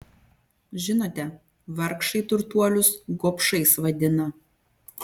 žinote vargšai turtuolius gobšais vadina